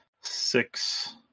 six